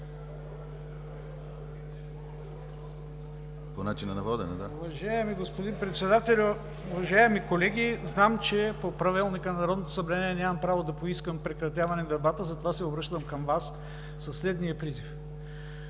СТАНИСЛАВ СТАНИЛОВ (ОП): Уважаеми господин Председател, уважаеми колеги, знам, че по Правилника на Народното събрание нямам право да поискам прекратяване на дебата, затова се обръщам към Вас със следния призив: